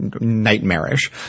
nightmarish